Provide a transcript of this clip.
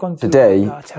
Today